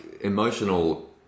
emotional